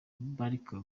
barca